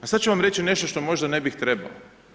A sad ću vam reći nešto što možda ne bih trebao.